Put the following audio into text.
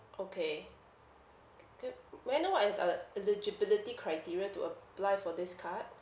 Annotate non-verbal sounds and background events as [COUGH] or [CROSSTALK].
okay [NOISE] may I know what is uh eligibility criteria to apply for this card